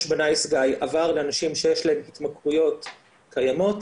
ב"נייס גאי" עבר לאנשים שיש להם התמכרויות קיימות,